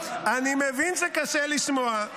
אני מבין שקשה לשמוע.